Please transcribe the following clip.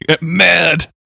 mad